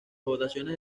votaciones